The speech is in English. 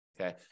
okay